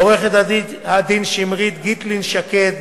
לעורכת-הדין שמרית גיטלין-שקד,